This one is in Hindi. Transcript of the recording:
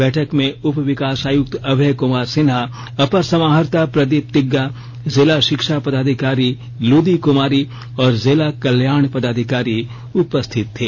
बैठक में उप विकास आयक्त अभय कमार सिन्हा अपर समाहर्ता प्रदीप तिग्गा जिला शिक्षा पदाधिकारी लुदी कुमारी और जिला कल्याण पदाधिकारी उपस्थित थे